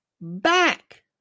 back